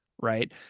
right